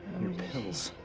pills.